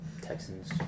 Texans